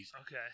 Okay